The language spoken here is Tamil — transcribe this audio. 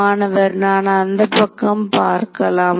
மாணவர் நான் அந்த பக்கம் பார்க்கலாம்